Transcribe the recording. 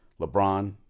LeBron